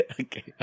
Okay